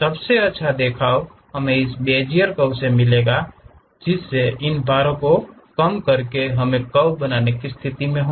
सबसे अच्छा देखाव हमे इस बेज़ियर देखाव के मिलेगा जिससे इन भारों को कम करके हम एक कर्व बनाने की स्थिति में होंगे